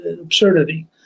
absurdity